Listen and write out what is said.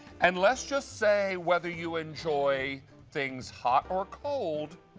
and let's just say whether you enjoy things hot or cold,